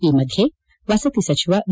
ಈ ಮಧ್ಯೆ ವಸತಿ ಸಚಿವ ವಿ